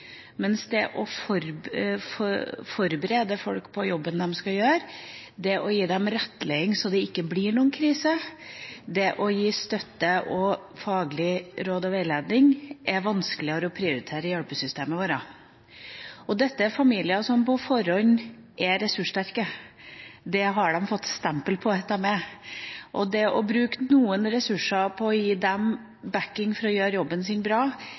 mens det å forberede folk på jobben de skal gjøre, det å gi dem rettledning så det ikke blir noen krise, det å gi støtte og faglig råd og veiledning er vanskeligere å prioritere i hjelpesystemet vårt. Dette er familier som på forhånd er ressurssterke – det har de fått stempel på at de er – og det å bruke noen ressurser på å gi dem oppbakking for å gjøre jobben sin bra